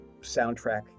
soundtrack